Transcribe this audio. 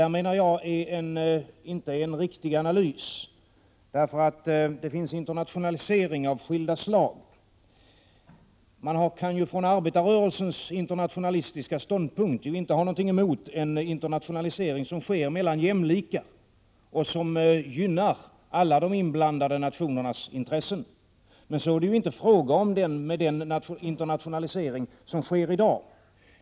Detta menar jag inte är en riktig analys, för det finns internationalisering av skilda slag. Man kan från arbetarrörelsens internationalistiska ståndpunkt inte ha någonting emot en internationalisering som sker mellan jämlika och som gynnar alla de inblandade nationernas intressen. Men så är det inte i fråga om den internationalisering som sker i dag.